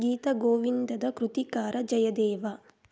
ಗೀತ ಗೋವಿಂದದ ಕೃತಿಕಾರ ಜಯದೇವ